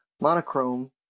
monochrome